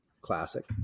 classic